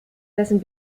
wessen